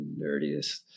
nerdiest